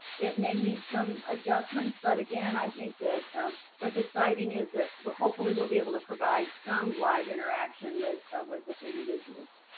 it may need some adjustments. but again i think that what's exciting is that we're hopefully we'll be able to provide some live interaction with with the individuals.